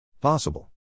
Possible